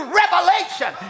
revelation